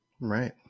Right